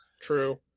True